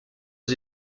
aux